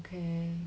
okay